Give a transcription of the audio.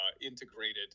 integrated